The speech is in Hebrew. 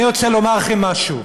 אני רוצה לומר לכם משהו: